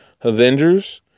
Avengers